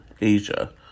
Asia